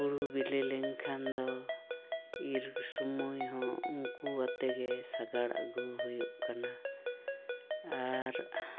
ᱦᱩᱲᱩ ᱵᱤᱞᱤ ᱞᱮᱱᱠᱷᱟᱱ ᱫᱚ ᱤᱨ ᱥᱳᱢᱳᱭ ᱦᱚᱸ ᱩᱱᱠᱩᱣᱟᱛᱮ ᱜᱮ ᱥᱟᱜᱟᱲ ᱟᱹᱜᱩ ᱦᱩᱭᱩᱜ ᱠᱟᱱᱟ ᱟᱨ